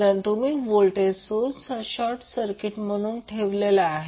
कारण तुम्ही voltage source हा शॉर्ट सर्किट म्हणून ठेवलेला आहे